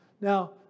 Now